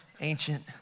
ancient